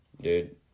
Dude